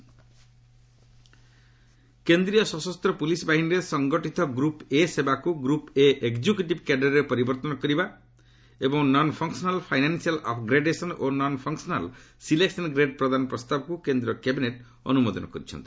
cabinet କେନ୍ଦ୍ରୀୟ ସଶସ୍ତ ପୁଲିସ ବାହିନୀରେ ସଙ୍ଗଠିତ ଗ୍ରପ୍ ଏ' ସେବାକୁ ଗ୍ରପ୍ ଏ' ଏକ୍ଜିକ୍ୟୁଟିଭ୍ କ୍ୟାଡର୍ରେ ପରିବର୍ତ୍ତନ କରିବା ଏବଂ ନନ୍ ଫଙ୍କ୍ସନାଲ୍ ଫାଇନାନ୍ସିଆଲ୍ ଅପ୍ଗ୍ରେଡେସନ୍ ଓ ନନ୍ ଫଙ୍କ୍ସନାଲ୍ ସିଲେକ୍ସନ୍ ଗ୍ରେଡ୍ ପ୍ରଦାନ ପ୍ରସ୍ତାବକୁ କେନ୍ଦ୍ର କ୍ୟାବିନେଟ୍ ଅନୁମୋଦନ କରିଛନ୍ତି